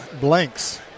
Blanks